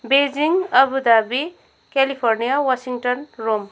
Beijing Abu Dhabi California Washington Rome